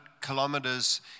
kilometers